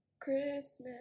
Christmas